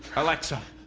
alexa